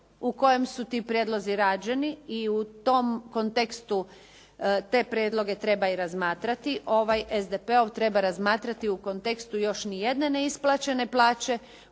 u kojem su ti prijedlozi rađeni i u tom kontekstu te prijedloge treba i razmatrati. Ovaj SDP-ov treba razmatrati u kontekstu još nijedne neisplaćene plaće,